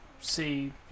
see